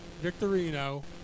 Victorino